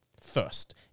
first